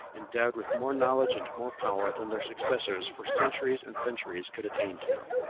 endowed with more knowledge and more power than their successors for centuries and centuries could attain to.